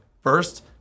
first